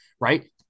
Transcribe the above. Right